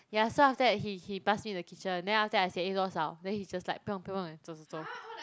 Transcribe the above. ya so after that he he pass me the kitchen then after that I say eh 多少 then he just like 不用不用走走走